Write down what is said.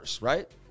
right